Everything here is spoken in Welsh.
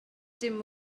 dim